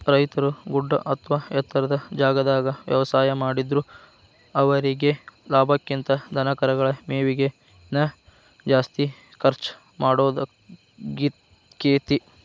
ರೈತರು ಗುಡ್ಡ ಅತ್ವಾ ಎತ್ತರದ ಜಾಗಾದಾಗ ವ್ಯವಸಾಯ ಮಾಡಿದ್ರು ಅವರೇಗೆ ಲಾಭಕ್ಕಿಂತ ಧನಕರಗಳ ಮೇವಿಗೆ ನ ಜಾಸ್ತಿ ಖರ್ಚ್ ಮಾಡೋದಾಕ್ಕೆತಿ